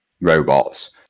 robots